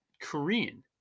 Korean